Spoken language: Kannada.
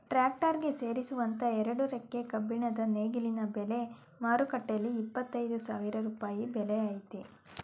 ಟ್ರಾಕ್ಟರ್ ಗೆ ಸೇರಿಸುವಂತ ಎರಡು ರೆಕ್ಕೆ ಕಬ್ಬಿಣದ ನೇಗಿಲಿನ ಬೆಲೆ ಮಾರುಕಟ್ಟೆಲಿ ಇಪ್ಪತ್ತ ಐದು ಸಾವಿರ ರೂಪಾಯಿ ಬೆಲೆ ಆಯ್ತೆ